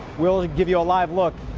we'll give you a live look,